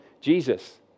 Jesus